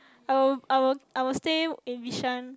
I will I will I will stay in Bishan